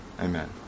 Amen